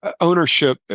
Ownership